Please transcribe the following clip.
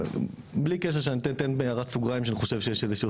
בלי קשר שאני אתן בהערת סוגריים שאני חושב שיש איזשהו